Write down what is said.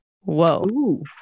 Whoa